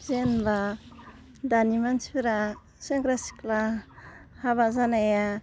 जेनेबा दानि मानसिफ्रा सेंग्रा सिख्ला हाबा जानाया